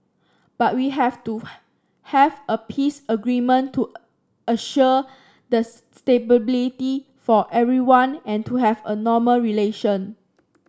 but we have to have a peace agreement to assure the for everyone and to have a normal relation